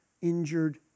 injured